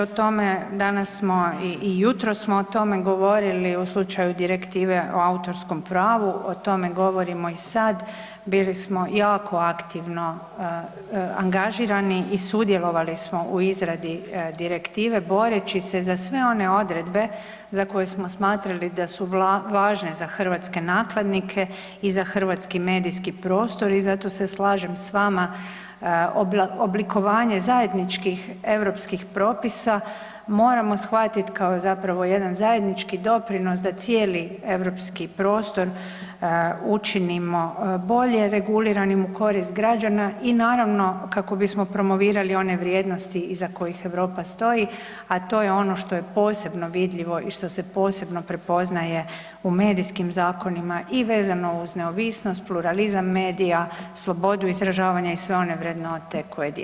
O tome danas smo i jutros smo o tome govorili u slučaju direktive o autorskom pravu, o tome govorimo i sad, bili smo jako aktivno angažirani i sudjelovali smo u izradi direktive boreći se za sve one odredbe za koje smo smatrali da su važne za hrvatske nakladnike i za hrvatski medijski prostor i zato se slažem s vama, oblikovanje zajedničkih europskih propisa moramo shvatiti kao zapravo jedan zajednički doprinos da cijeli europski prostor učinimo bolje reguliranim u korist građana i naravno, kako bismo promovirali one vrijednosti iza kojih Europa stoji a to je ono što je posebno vidljivo i što se posebno prepoznaje u medijskim zakonima i vezano uz neovisnost, pluralizam medija, slobodnu izražavanja i sve one vrednote koje dijelimo.